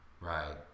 Right